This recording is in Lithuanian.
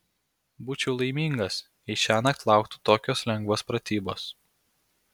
būčiau laimingas jei šiąnakt lauktų tokios lengvos pratybos